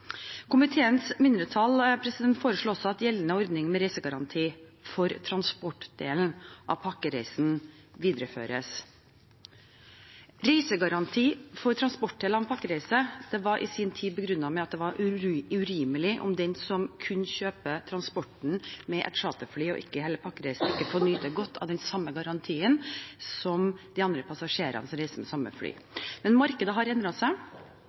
Komiteens mindretall foreslår også at gjeldende ordning med reisegaranti for transportdelen av pakkereisen videreføres. Reisegaranti for transportdelen av en pakkereise var i sin tid begrunnet med at det var urimelig om den som kunne kjøpe transporten med et charterfly og ikke hele pakkereisen, ikke kunne nyte godt av den samme garantien som de andre passasjerene som reiste med samme fly. Men markedet har endret seg,